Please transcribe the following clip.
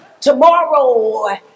Tomorrow